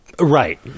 Right